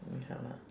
ya lah